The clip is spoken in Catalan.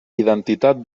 identitat